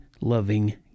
loving